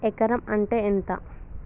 ఎకరం అంటే ఎంత?